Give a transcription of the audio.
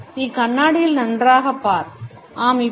இதை நீ கண்ணாடியில் நன்றாக பார்க்கலாம்